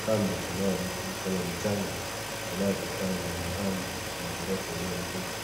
Kando, kunao vitu kama mchanga, unaotokana na mahame ya ghorofa iliyoanguka.